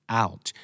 out